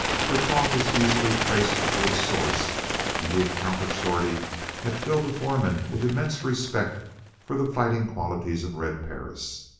for talk is easily traced to its source and the account of shorty had filled the foreman with immense respect for the fighting qualities of red perris.